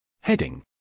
Heading